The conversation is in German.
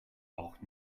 auch